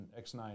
X9